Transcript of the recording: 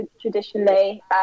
traditionally